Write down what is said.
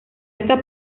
estas